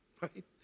right